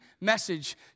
message